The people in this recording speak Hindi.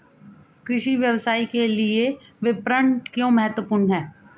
कृषि व्यवसाय के लिए विपणन क्यों महत्वपूर्ण है?